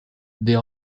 des